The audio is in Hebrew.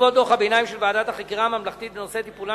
בעקבות דוח הביניים של ועדת החקירה הממלכתית בנושא טיפולן